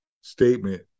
statement